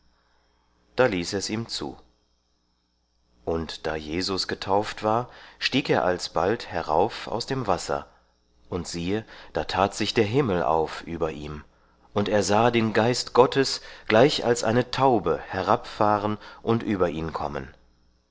da ließ er's ihm zu und da jesus getauft war stieg er alsbald herauf aus dem wasser und siehe da tat sich der himmel auf über ihm und er sah den geist gottes gleich als eine taube herabfahren und über ihn kommen